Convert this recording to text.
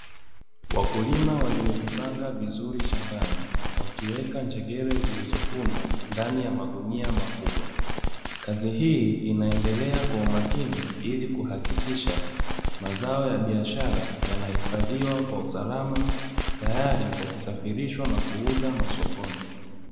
Wakulima waliojipanga vizuri shambani, wakiweka njegere iliyovunwa ndani ya magunia makubwa. Kazi hii inaendelea kwa umakini ili kuhakikisha, mazao ya biashara yanahifadhiwa kwa usalama, tayari kwa kusafirishwa na kuuza masokoni.